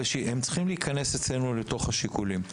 אבל הם צריכים להיכנס אצלנו לתוך השיקולים.